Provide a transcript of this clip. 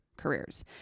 Careers